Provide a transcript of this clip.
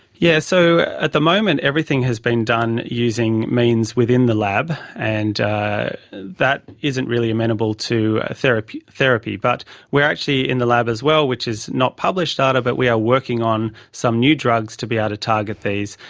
yeah so at the moment everything has been done using means within the lab, and that isn't really amenable to ah therapy. but we are actually in the lab as well which is not published data but we are working on some new drugs to be able ah to target these,